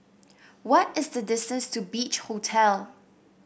what is the distance to Beach Hotel